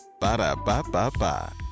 Ba-da-ba-ba-ba